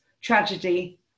tragedy